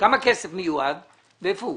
כמה כסף מיועד ואיפה הוא?